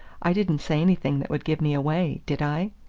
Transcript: i didn't say anything that would give me away, did i?